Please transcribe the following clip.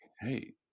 hey